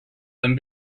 them